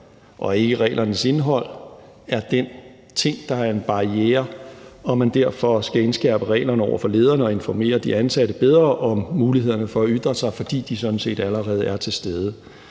og ikke reglernes indhold er den ting, der er en barriere, og derfor skal man indskærpe reglerne over for lederne og informere de ansatte bedre om mulighederne for at ytre sig, fordi de sådan set allerede er til stede.